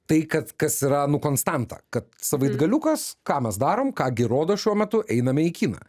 tai kad kas yra nu konstanta kad savaitgaliukas ką mes darom ką gi rodo šiuo metu einame į kiną